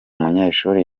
munyeshuri